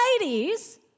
ladies